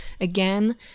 Again